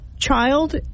child